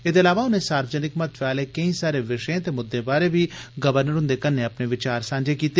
एदे इलावा उनें सार्वजनिक महत्वै आले कैई सारे विषयें ते मुद्दे बारै बी गवर्नर ह्न्दे कन्नै अपने विचार सांझे कीते